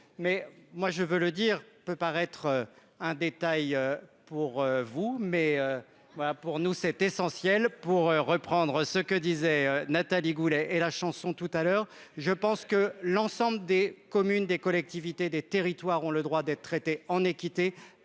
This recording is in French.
mais moi je veux le dire peut paraître un détail pour vous, mais voilà, pour nous, c'est essentiel pour reprendre ce que disait Nathalie Goulet et la chanson tout à l'heure, je pense que l'ensemble des communes, des collectivités, des territoires ont le droit d'être traité en équité,